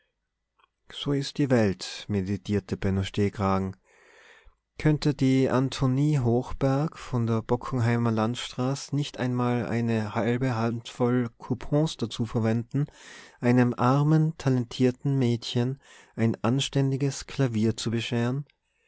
so is die welt meditierte benno stehkragen könnte die antonie hochberg von der bockenheimer landstraß nicht einmal eine halbe handvoll coupons dazu verwenden einem armen talentierten mädchen ein anständiges klavier zu bescheren